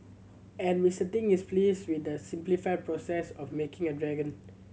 and Mister Ting is pleased with the simplified processes of making a dragon